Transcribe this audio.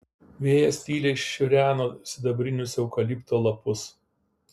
vėjas tyliai šiureno sidabrinius eukalipto lapus